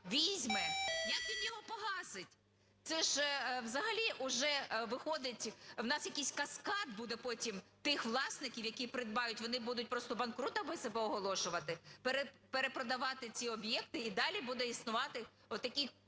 візьме, як він його погасить? Це взагалі уже виходить… у нас якийсь каскад буде потім тих власників, які придбають. Вони будуть просто банкрутами себе оголошувати. Перепродавати ці об'єкти і далі буде існувати отаке